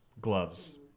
Gloves